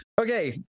Okay